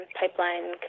pipeline